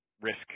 risk